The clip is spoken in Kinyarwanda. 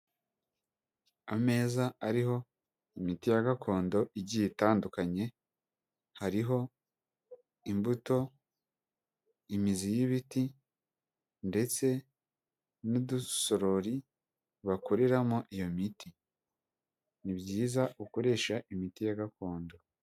Ameza ariho imiti ya gakondo igiye itandukanye, hariho imbuto, imizi y'ibiti ndetse n'udusorori bakuriramo iyo miti. Ni byiza gukoresha imiti ya gakondo.